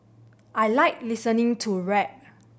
I like listening to rap